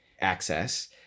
access